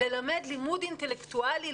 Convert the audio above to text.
ללמד לימוד אינטלקטואלי,